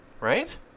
right